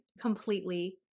completely